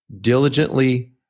diligently